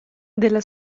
della